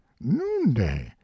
noonday